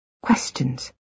Questions